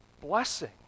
blessing